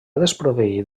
desproveït